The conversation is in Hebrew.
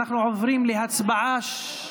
אנחנו עוברים להצבעה שמית,